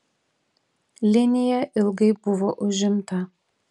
linija ilgai buvo užimta